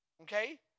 Okay